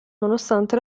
nonostante